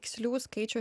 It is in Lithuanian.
tikslių skaičių